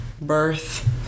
birth